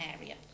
area